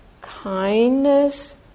kindness